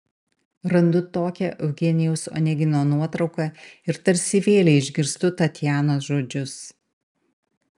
randu tokią eugenijaus onegino nuotrauką ir tarsi vėlei išgirstu tatjanos žodžius